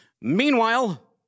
Meanwhile